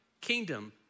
kingdom